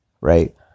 right